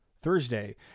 Thursday